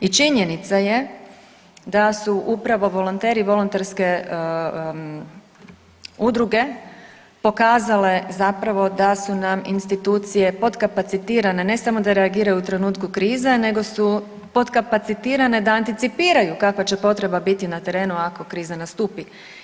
I činjenica da su upravo volonteri i volonterske udruge pokazale zapravo da su nam institucije potkapacitirane, ne samo da reagiraju u trenutku krize nego su potkapacitirane da anticipiraju kakva će potreba biti na terenu ako kriza nastupi.